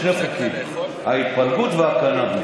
שני חוקים: ההתפלגות והקנביס.